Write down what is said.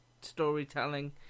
storytelling